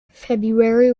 february